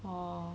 orh